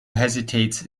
hesitates